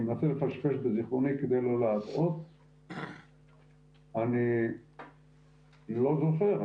אני מנסה לפשפש בזיכרוני כדי לא להטעות אני לא זוכר.